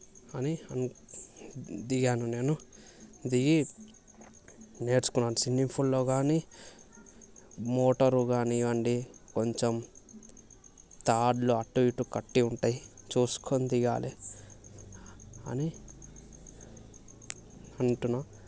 అని దిగాను నేను దిగి నేర్చుకున్నాను స్విమ్మింగ్ పూల్లో కానీ మోటర్ కానివ్వండి కొంచెం తాళ్ళు అటు ఇటు కట్టి ఉంటాయి చూసుకొని దిగాలి అని అంటున్నాను